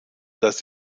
das